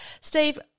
Steve